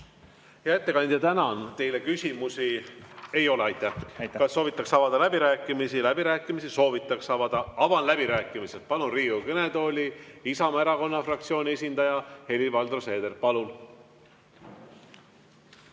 Hea ettekandja, tänan! Teile küsimusi ei ole. Kas soovitakse avada läbirääkimisi? Läbirääkimisi soovitakse avada. Avan läbirääkimised ja palun Riigikogu kõnetooli Isamaa Erakonna fraktsiooni esindaja Helir-Valdor Seederi. Palun!